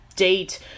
date